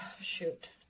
shoot